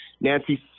Nancy